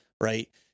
right